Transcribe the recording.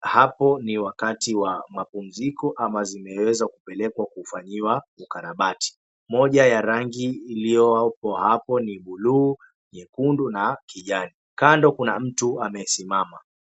hapo ni wakati wa mapumziko au zimeweza kupelekwa kufanyiwa ukarabati, moja ya rangi ilipo hapo ni bluu, nyekundu na kijani kando kuna mtu amesimama.